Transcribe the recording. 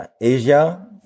Asia